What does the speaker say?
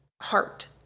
heart